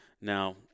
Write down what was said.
Now